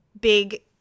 big